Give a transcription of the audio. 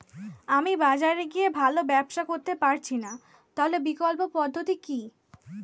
আমি বাজারে গিয়ে ভালো ব্যবসা করতে পারছি না তাহলে বিকল্প পদ্ধতি কি?